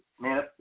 man